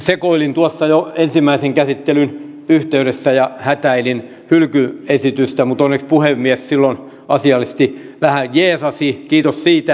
sekoilin ensimmäisen käsittelyn yhteydessä ja hätäilin hylkyesitystä mutta onneksi puhemies silloin asiallisesti vähän jeesasi kiitos siitä